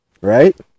Right